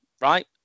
right